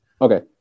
Okay